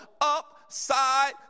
upside